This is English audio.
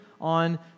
on